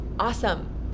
Awesome